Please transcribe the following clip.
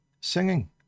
singing